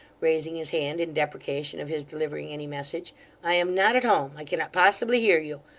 raising his hand in deprecation of his delivering any message i am not at home. i cannot possibly hear you.